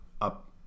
up